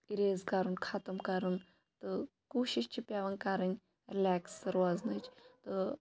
erase کَرُن خَتم کَرُن تہٕ کوٗشِش چھِ پیٚوان کَرٕنۍ رِلیکس روزنٕچ تہٕ